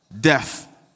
Death